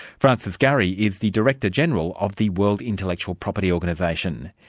francis gurry is the director-general of the world intellectual property organisation.